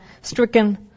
stricken